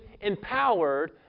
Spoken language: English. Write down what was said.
empowered